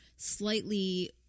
slightly